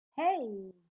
hey